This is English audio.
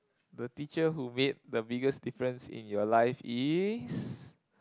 the teacher who made the biggest difference in your life is